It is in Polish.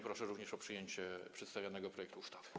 Proszę również o przyjęcie przedstawionego projektu ustawy.